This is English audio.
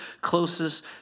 closest